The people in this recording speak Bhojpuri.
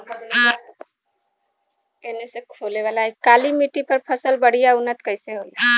काली मिट्टी पर फसल बढ़िया उन्नत कैसे होला?